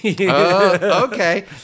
Okay